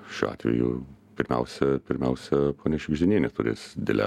šiuo atveju pirmiausia pirmiausia ponia šiugždinienė turės dilemą